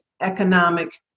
economic